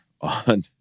on